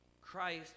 Christ